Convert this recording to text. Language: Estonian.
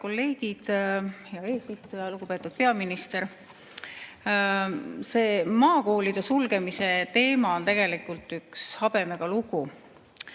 kolleegid! Hea eesistuja! Lugupeetud peaminister! See maakoolide sulgemise teema on tegelikult üks habemega lugu.